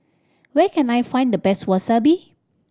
where can I find the best Wasabi